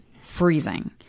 freezing